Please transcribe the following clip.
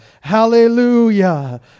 Hallelujah